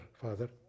father